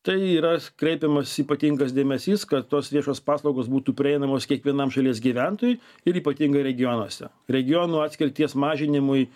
tai yra kreipiamas ypatingas dėmesys kad tos viešos paslaugos būtų prieinamos kiekvienam šalies gyventojui ir ypatingai regionuose regionų atskirties mažinimui